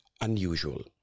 unusual